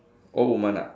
old woman ah